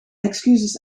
excuses